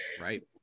Right